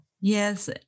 Yes